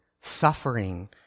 Suffering